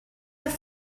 have